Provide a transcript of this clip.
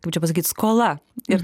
kaip čia pasakyt skola ir